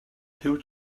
huw